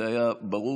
זה היה ברור,